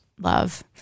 love